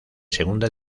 segunda